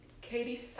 Katie